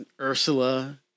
Ursula